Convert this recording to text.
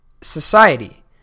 society